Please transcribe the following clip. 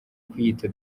kwiyita